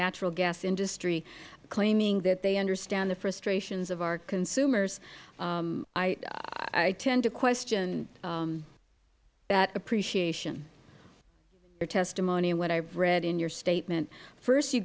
natural gas industry claiming that they understand the frustrations of our consumers i tend to question that appreciation of your testimony and what i have read in your statement first you